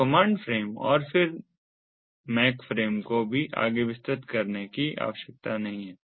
तो command frame हैं और फिर मैक फ्रेम को भी आगे विस्तृत करने की आवश्यकता नहीं है